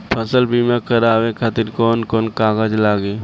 फसल बीमा करावे खातिर कवन कवन कागज लगी?